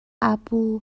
abu